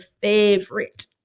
favorite